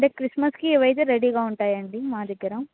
అంటే క్రిస్మస్కి ఇవైతే రెడీగా ఉంటాయండి మా దగ్గర